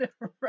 Right